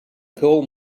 coal